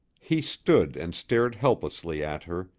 he stood and stared helplessly at her,